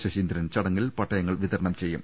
ശശീന്ദ്രൻ ചടങ്ങിൽ പട്ടയങ്ങൾ വിതരണം ചെയ്യും